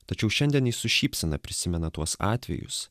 tačiau šiandien jis su šypsena prisimena tuos atvejus